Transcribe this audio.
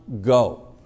go